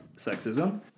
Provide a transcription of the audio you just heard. sexism